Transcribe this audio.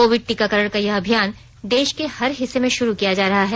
Covid टीकाकरण का यह अभियान देश के हर हिस्से में शुरू किया जा रहा है